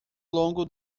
longo